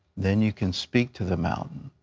then you can speak to the mountain,